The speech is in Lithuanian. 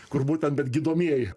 kur būtent bet gydomieji